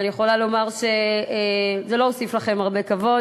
ואני יכולה לומר שזה לא הוסיף לכם הרבה כבוד.